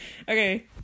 Okay